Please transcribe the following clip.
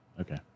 Okay